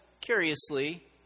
curiously